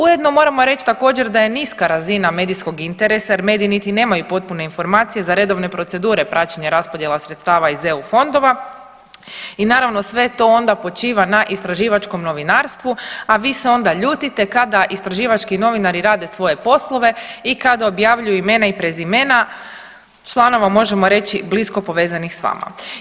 Ujedno moramo reć također da je niska razina medijskog interesa jer mediji niti nemaju potpune informacije za redovne procedure praćenja raspodjela sredstava iz EU fondova i naravno sve to onda počiva na istraživačkom novinarstvu, a vi se onda ljutite kada istraživački novinari rade svoje poslove i kada objavljuju imena i prezimena članova možemo reći blisko povezanih s vama.